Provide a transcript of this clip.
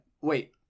Wait